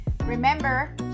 Remember